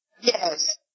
Yes